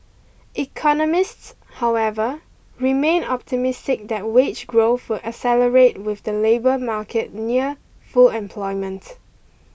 economists however remain optimistic that wage growth will accelerate with the labour market near full employment